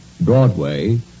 Broadway